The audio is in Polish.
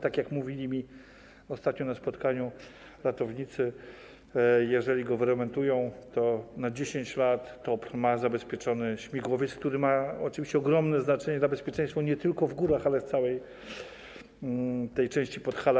Tak jak mówili mi ostatnio na spotkaniu ratownicy, jeżeli go wyremontują, to na 10 lat będzie zabezpieczony śmigłowiec, który ma oczywiście ogromne znaczenie dla bezpieczeństwa nie tylko w górach, ale też w całej tej części Podhala.